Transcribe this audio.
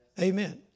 Amen